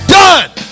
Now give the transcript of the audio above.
done